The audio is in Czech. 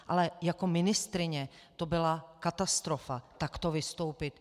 Ale jako ministryně to byla katastrofa, takto vystoupit.